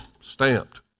Stamped